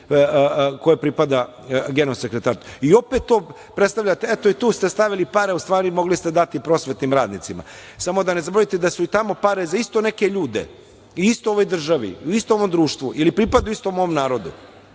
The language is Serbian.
koja pripada Generalnom sekretaru. Opet tu predstavljate, tu ste stavili pare, mogli ste dati prosvetnim radnicima. Samo da ne zaboravite da su i tamo pare za isto neke ljude, u istoj ovoj državi, u istom ovom društvu i pripadaju istom ovom narodu